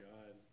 God